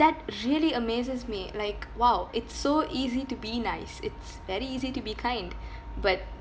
that really amazes me like !wow! it's so easy to be nice it's very easy to be kind but